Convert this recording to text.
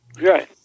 Right